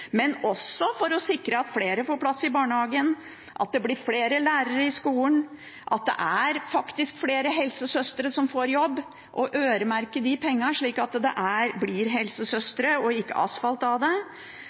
for å sikre at flere får plass i barnehagen, for å få flere lærere i skolen, for at flere helsesøstre faktisk får jobb, og at man også øremerker de pengene, slik at de går til helsesøstre og ikke til asfalt. Vi ønsker flere hele stillinger, det